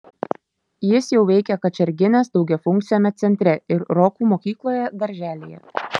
jis jau veikia kačerginės daugiafunkciame centre ir rokų mokykloje darželyje